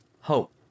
hope